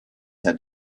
had